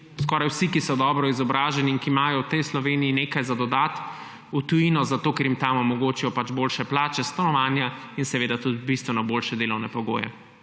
skoraj vsi, ki so dobro izobraženi in ki imajo v tej Sloveniji nekaj dodati, v tujino, zato ker jim tam omogočijo boljše plače, stanovanja in seveda tudi bistveno boljše delovne pogoje.